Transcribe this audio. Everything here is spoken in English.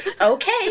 Okay